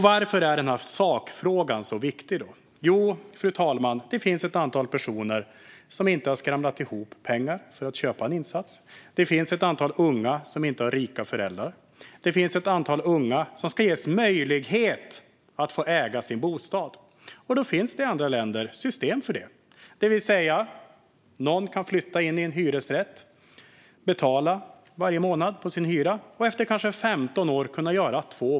Varför är denna sakfråga så viktig, fru talman? Jo, det finns ett antal personer som inte har skramlat ihop pengar till en insats för att kunna köpa en lägenhet. Det finns ett antal unga som inte har rika föräldrar. Det finns ett antal unga som ska ges möjlighet att äga sin bostad. I andra länder finns det system för det. Där kan man flytta in i en hyresrätt, för vilken man betalar sin hyra varje månad. Efter kanske 15 år har man två möjligheter.